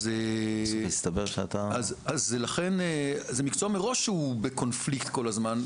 אז לכן זה מקצוע מראש שהוא בקונפליקט כל הזמן,